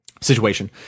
situation